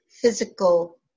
physical